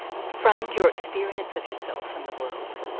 framed your experience of yourself and the world?